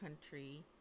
country